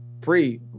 free